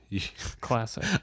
Classic